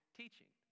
teaching